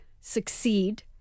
succeed